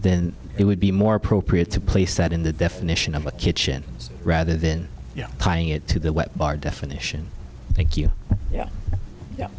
then it would be more appropriate to place that in the definition of a kitchen rather than playing it to the wet bar definition thank you yeah yeah